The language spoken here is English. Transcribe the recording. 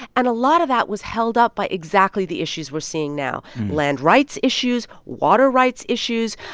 and a lot of that was held up by exactly the issues we're seeing now land rights issues, water rights issues,